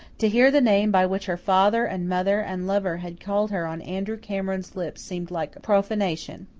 to hear the name by which her father and mother and lover had called her on andrew cameron's lips seemed like profanation.